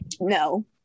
no